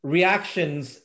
Reactions